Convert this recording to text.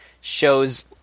shows